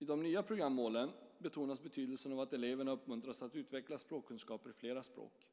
I de nya programmålen betonas betydelsen av att eleverna uppmuntras att utveckla språkkunskaper i flera språk.